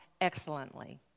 excellently